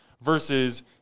versus